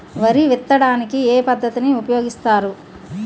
వరి విత్తడానికి ఏ పద్ధతిని ఉపయోగిస్తారు?